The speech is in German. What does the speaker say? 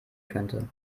könnte